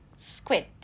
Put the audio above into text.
squid